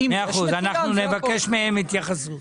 אנחנו נבקש מהם התייחסות.